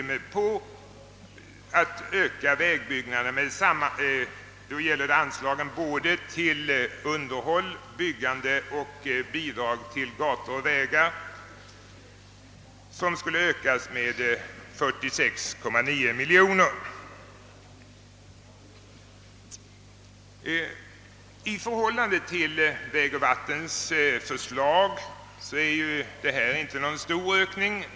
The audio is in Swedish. Bl. a. härigenom skulle det kunna bli utrymme för att öka väganslagen med 46,9 miljoner kronor. I förhållande till vägoch vattenbyggnadsstyrelsens förslag är detta ingen stor ökning.